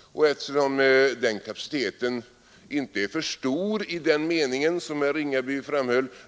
Och eftersom den kapaciteten, som herr Ringaby framhöll, inte är för stor i den meningen